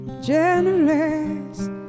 Generous